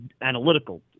analytical